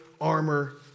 armor